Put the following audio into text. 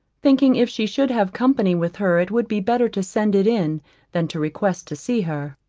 thinking if she should have company with her it would be better to send it in than to request to see her.